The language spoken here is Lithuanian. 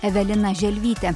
evelina želvytė